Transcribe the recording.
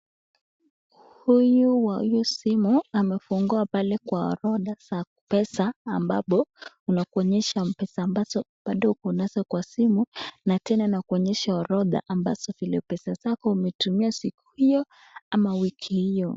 Huyu wa hiyo simu amefungua pale kwa orodha ya pesa ambapo unakuonyesha mpesa ambazo bado uko nazo kwa simu na tena anakuonyesha orodha ambazo vile pesa zako umetumia siku hiyo ama wiki hiyo.